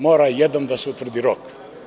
Mora jednom da se utvrdi rok.